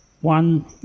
one